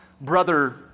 brother